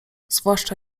zwłaszcza